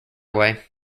way